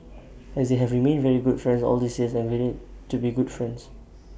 and they have remained very good friends all these years and to be good friends